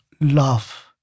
love